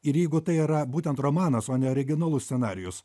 ir jeigu tai yra būtent romanas o ne originalus scenarijus